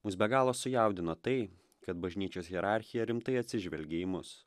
mus be galo sujaudino tai kad bažnyčios hierarchija rimtai atsižvelgė į mus